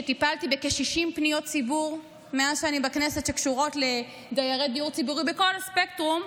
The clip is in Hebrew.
שטיפלתי בכ-60 פניות ציבור שקשורות לדיירי דיור ציבורי בכל הספקטרום,